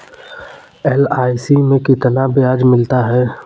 LIC में कितना ब्याज मिलता है?